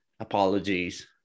apologies